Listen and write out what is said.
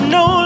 no